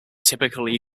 typically